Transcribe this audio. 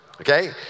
Okay